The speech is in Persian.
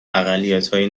اقلیتهای